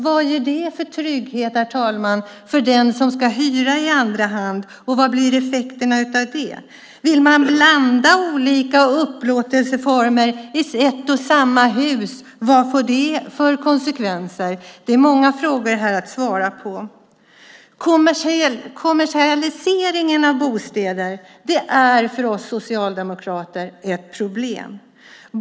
Vad ger det för trygghet, herr talman, för den som ska hyra i andra hand? Och vad blir effekterna av det? Vill man blanda olika upplåtelseformer i ett och samma hus? Vad får det för konsekvenser? Det är många frågor här att svara på. Kommersialiseringen av bostäder är för oss socialdemokrater ett problem.